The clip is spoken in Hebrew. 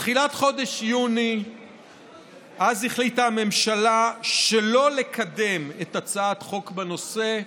בתחילת חודש יוני החליטה הממשלה שלא לקדם הצעת חוק בנושא,